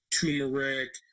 turmeric